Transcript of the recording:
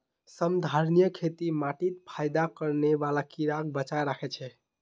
संधारणीय खेती माटीत फयदा करने बाला कीड़ाक बचाए राखछेक